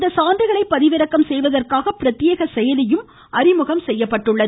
இந்த சான்றுகளை பதிவிறக்கம் செய்வதற்காக பிரத்யே செயலியும் அறிமுகம் செய்யப்பட்டுள்ளது